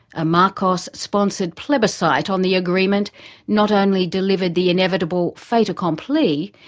a marcos-sponsored plebiscite on the agreement not only delivered the inevitable fait accompli,